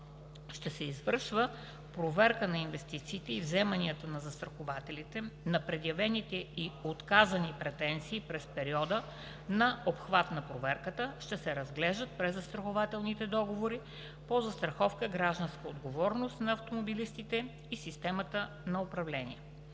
Ще се извършва проверка на инвестициите и вземанията на застрахователите, на предявените и отказани претенции през периода на обхват на проверката, ще се разглеждат презастрахователните договори по застраховка „Гражданска отговорност“ на автомобилистите и системата на управление.